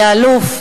היה אלוף,